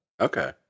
okay